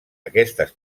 aquestes